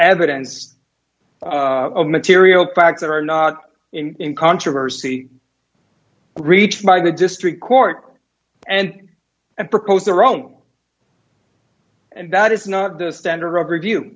evidence of material facts that are not in controversy reached by the district court and proposed the wrong and that is not the standard of review